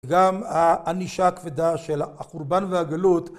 גם הענישה הכבדה של החורבן והגלות